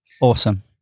Awesome